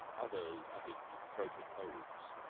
others uttered deep-throated oaths.